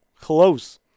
close